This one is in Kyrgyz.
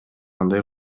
андай